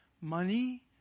Money